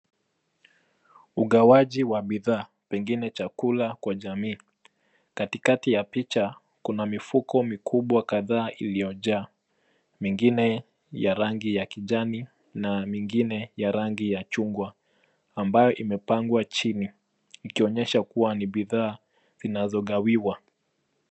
Ugawaji wa bidhaa pengine chakula kwa jamii. Katikati ya picha kuna mifuko mikubwa kadhaa iliyojaa, mingine ya rangi ya kijani na mingine ya rangi ya chungwa ambayo imepangwa chini ikionyesha kuwa ni bidhaa inayogawiwa.